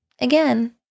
again